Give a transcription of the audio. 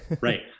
Right